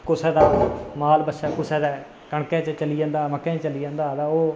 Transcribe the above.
कुसै दा माल बच्छा कुसै दा कनकै च चली जंदा हा मक्कें च चली जंदा हा तां ओह्